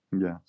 Yes